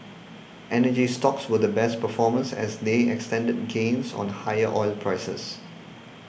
energy stocks were the best performers as they extended gains on higher oil prices